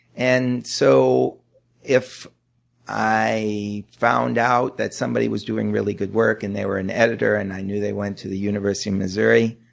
and so if i found out that somebody was doing really good work, and they were an editor and i knew they went to the university of missouri,